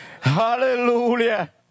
Hallelujah